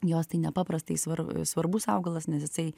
jos tai nepaprastai svar svarbus augalas nes jisai